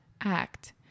act